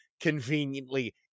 conveniently